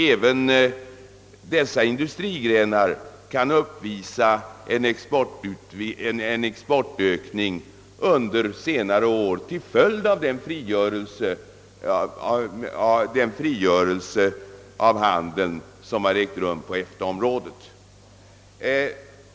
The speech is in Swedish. Även dessa industrigrenar kan uppvisa en exportökning under senare år till följd av den frigörelse av handeln som har ägt rum på EFTA-området.